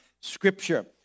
scripture